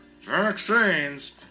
vaccines